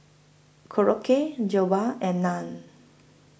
Korokke Jokbal and Naan